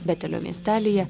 betelio miestelyje